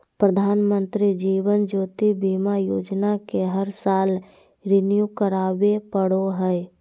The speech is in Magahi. प्रधानमंत्री जीवन ज्योति बीमा योजना के हर साल रिन्यू करावे पड़ो हइ